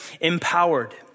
empowered